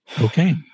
Okay